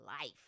life